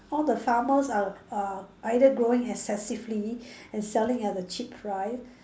all the farmers are are either growing excessively and selling at a cheap price